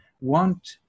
want